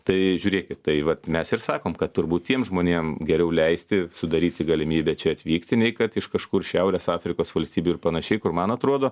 tai žiūrėkit tai vat mes ir sakom kad turbūt tiem žmonėm geriau leisti sudaryti galimybę čia atvykti nei kad iš kažkur iš šiaurės afrikos valstybių ir panašiai kur man atrodo